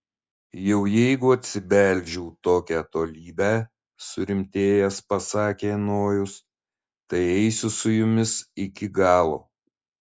jau jeigu atsibeldžiau tokią tolybę surimtėjęs pasakė nojus tai eisiu su jumis iki galo